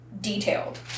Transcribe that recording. detailed